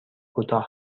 کوتاه